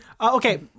Okay